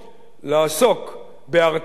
לעסוק בהרתעת אירן,